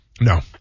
No